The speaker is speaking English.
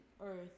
earth